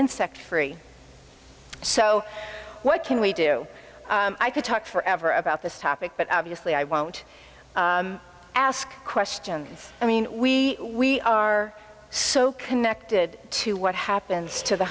insect free so what can we do i could talk forever about this topic but obviously i won't ask questions i mean we we are so connected to what happens to the